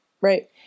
Right